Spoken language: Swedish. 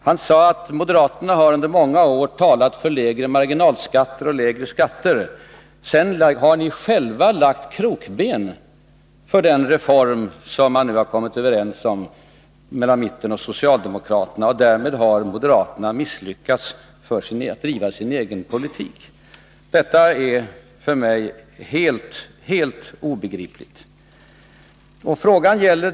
Han sade att moderaterna under många år har talat för lägre marginalskatter och lägre skatter men sedan själva lagt krokben för den reform som man nu har kommit överens om mellan mitten och socialdemokraterna och att moderaterna därmed har misslyckats att driva sin egen politik. Detta är för mig helt obegripligt.